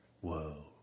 Whoa